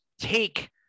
take